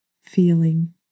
feeling